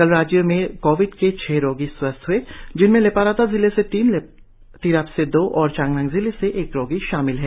कल राज्य में कोविड से छह रोगी स्वस्थ्य हए जिसमें लेपारादा जिले से तीन तिराप से दो और चांगलांग जिले से एक रोगी शामिल है